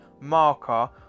marker